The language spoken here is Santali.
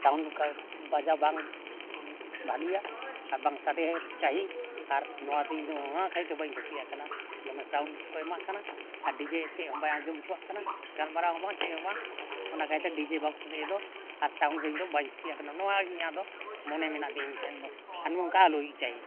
ᱥᱟᱣᱩᱱᱰ ᱵᱟᱡᱟᱣ ᱵᱟᱝ ᱵᱷᱟᱹᱞᱤᱭᱟ ᱟᱨ ᱵᱟᱝ ᱥᱟᱰᱮ ᱪᱟᱹᱦᱤ ᱟᱨ ᱱᱚᱣᱟᱛᱮ ᱤᱧᱫᱚ ᱱᱚᱣᱟ ᱠᱷᱟᱹᱛᱤᱨ ᱛᱮ ᱵᱟᱹᱧ ᱠᱩᱥᱤᱭᱟᱜ ᱠᱟᱱᱟ ᱫᱚᱢᱮ ᱥᱟᱣᱩᱱᱰ ᱠᱚ ᱮᱢᱟᱜ ᱠᱟᱱᱟ ᱟᱨ ᱰᱤᱡᱮ ᱪᱮᱫ ᱦᱚᱸ ᱵᱟᱭ ᱟᱸᱡᱚᱢ ᱦᱚᱪᱚᱣᱟᱜ ᱠᱟᱱᱟ ᱜᱟᱞᱢᱟᱨᱟᱣ ᱦᱚᱸ ᱵᱟᱝ ᱪᱮᱫᱦᱚᱸ ᱵᱟᱝ ᱚᱱᱟ ᱠᱷᱟᱹᱛᱤᱨ ᱛᱮ ᱰᱤᱡᱮ ᱵᱚᱠᱥ ᱫᱚ ᱮᱫ ᱫᱚ ᱟᱨ ᱥᱟᱣᱩᱱᱰ ᱫᱚ ᱵᱟᱹᱧ ᱠᱩᱥᱤᱭᱟᱜ ᱠᱟᱱᱟ ᱱᱚᱣᱟᱜᱮ ᱤᱧᱟᱹᱜ ᱫᱚ ᱢᱚᱱᱮ ᱢᱮᱱᱟᱜ ᱫᱤᱧ ᱢᱤᱫᱴᱷᱮᱱ ᱫᱚ ᱟᱨ ᱱᱚᱝᱠᱟ ᱟᱞᱚ ᱦᱩᱭᱩᱜ ᱪᱟᱭ ᱟᱹᱧ